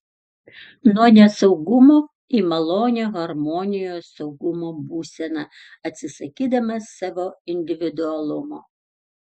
nuo nesaugumo į malonią harmonijos saugumo būseną atsisakydamas savo individualumo